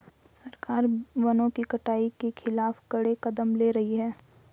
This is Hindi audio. सरकार वनों की कटाई के खिलाफ कड़े कदम ले रही है